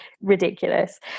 ridiculous